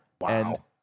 Wow